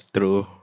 True